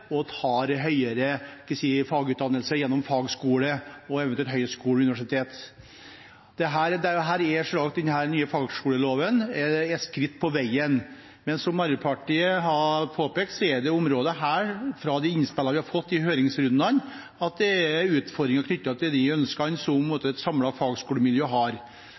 som tar yrkesfaglig utdannelse, gjennom videregående skole, og ikke minst – etter å ha tatt det – tar høyere fagutdannelse gjennom fagskole og eventuelt høyskole og universitet. Den nye fagskoleloven er et skritt på veien, men som Arbeiderpartiet har påpekt, er det, ut fra de innspillene vi har fått i høringsrundene, områder hvor det er utfordringer knyttet til de ønskene et samlet fagskolemiljø har.